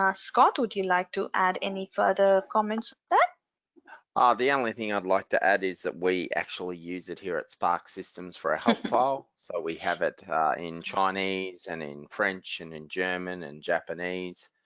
ah scott would you like to add any further comments? ah the only thing i'd like to add is that we actually use it here at spark systems for a help file. so we have it in chinese and in french and in german and japanese.